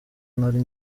nari